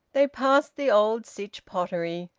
they passed the old sytch pottery,